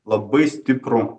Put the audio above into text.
labai stiprų